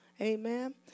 Amen